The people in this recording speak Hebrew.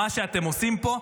מה שאתם עושים פה,